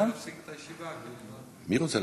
להפסיק את הישיבה, אני, מי רוצה להפסיק?